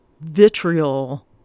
vitriol